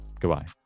Goodbye